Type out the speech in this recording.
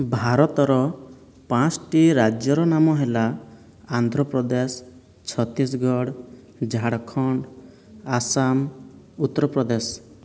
ଭାରତର ପାଞ୍ଚଟି ରାଜ୍ୟର ନାମ ହେଲା ଆନ୍ଧ୍ରପ୍ରଦେଶ ଛତିଶଗଡ଼ ଝାଡ଼ଖଣ୍ଡ ଆସାମ ଉତ୍ତରପ୍ରଦେଶ